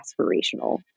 aspirational